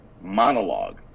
monologue